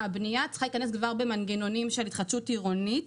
הבנייה צריכה להיכנס כבר במנגנונים של התחדשות עירונית.